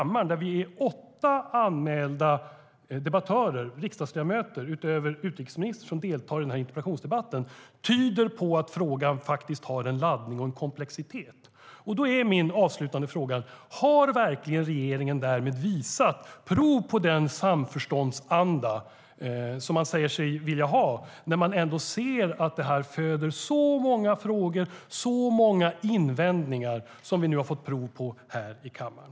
Men åtta anmälda debattörer utöver utrikesministern i denna interpellationsdebatt tyder på att frågan har en laddning och en komplexitet. Min avslutande fråga blir därför: Har regeringen verkligen visat prov på den samförståndsanda som man säger sig vilja ha då regeringen ser att detta föder så många frågor och invändningar som vi har fått prov på här i kammaren?